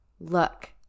Look